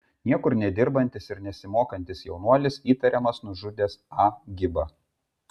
niekur nedirbantis ir nesimokantis jaunuolis įtariamas nužudęs a gibą